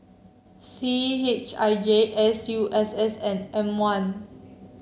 C H I J S U S S and M one